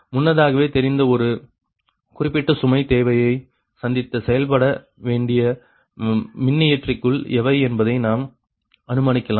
முன்னதாகவே தெரிந்த ஒரு குறிப்பிட்ட சுமை தேவையை சந்திக்க செயல்பட வேண்டிய மின்னியற்றிகள் எவை என்பதை நாம் அனுமானிக்கலாம்